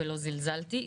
ולא זלזלתי.